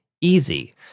easy